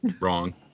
Wrong